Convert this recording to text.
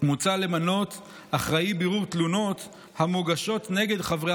מוצע למנות אחראי בירור תלונות המוגשות נגד חברי